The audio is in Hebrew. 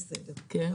וכו',